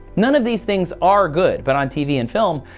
none of these things are good, but on tv and film,